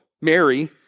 Mary